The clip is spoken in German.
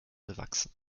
bewachsen